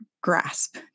grasp